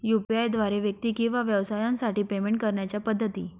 UPI द्वारे व्यक्ती किंवा व्यवसायांसाठी पेमेंट करण्याच्या पद्धती